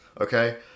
Okay